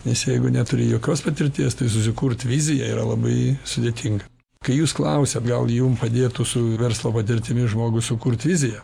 nes jeigu neturi jokios patirties tai susikurt viziją yra labai sudėtinga kai jūs klausiat gal jum padėtų su verslo patirtimi žmogus sukurt viziją